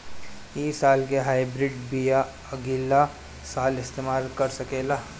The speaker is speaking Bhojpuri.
इ साल के हाइब्रिड बीया अगिला साल इस्तेमाल कर सकेला?